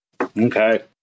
Okay